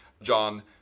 John